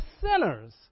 sinners